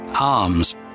Arms